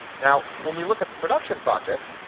now, when we look at the production project,